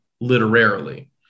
literarily